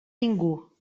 ningú